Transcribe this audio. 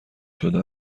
شده